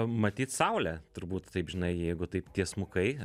matyt saulę turbūt taip žinai jeigu taip tiesmukai